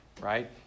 right